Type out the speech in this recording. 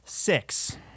Six